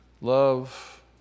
love